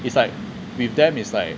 it's like with them is like